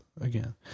again